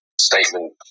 statement